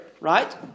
right